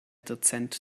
dozent